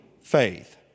faith